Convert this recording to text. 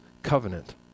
covenant